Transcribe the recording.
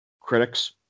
Critics